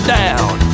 down